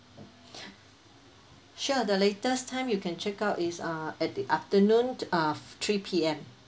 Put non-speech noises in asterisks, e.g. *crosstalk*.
*breath* sure the latest time you can check out is uh at the afternoon uh three P_M